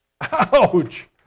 Ouch